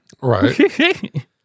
Right